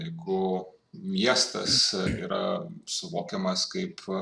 jeigu miestas yra suvokiamas kaip